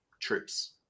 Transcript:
troops